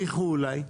חייכו אליי.